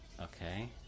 Okay